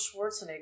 Schwarzenegger